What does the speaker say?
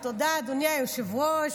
תודה, אדוני היושב-ראש.